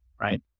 right